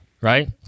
Right